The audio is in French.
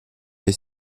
est